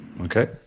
Okay